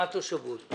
מה התושבות?